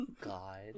God